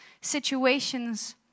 situations